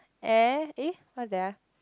air eh what's that ah